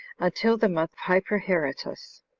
until the month hyperheretus.